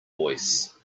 voice